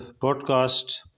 podcast